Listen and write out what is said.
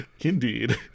Indeed